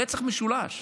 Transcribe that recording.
רצח משולש,